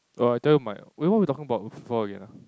oh I told you mine wait what were we talking about before again ah